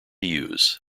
use